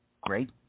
great